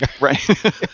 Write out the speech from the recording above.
Right